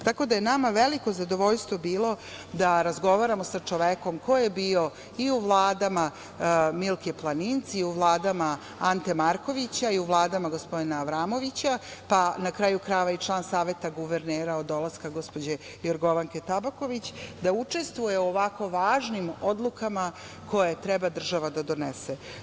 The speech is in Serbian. Nama je veliko zadovoljstvo bilo da razgovaramo sa čovekom koji je bio i u vladama Milke Planinc i u vladama Ante Markovića i u vladama gospodina Avramovića, pa, na kraju krajeva, i član Saveta guvernera od dolaska gospođe Jorgovanke Tabaković, da učestvuje u ovako važnim odlukama koje treba država da donese.